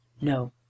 No